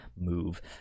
move